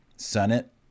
senate